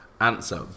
answer